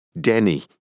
Denny